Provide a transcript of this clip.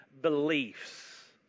beliefs